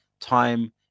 time